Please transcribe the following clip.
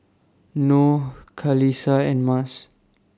Noh Khalisa and Mas